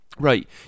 Right